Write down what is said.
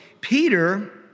Peter